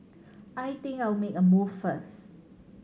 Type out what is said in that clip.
I think I'll make a move first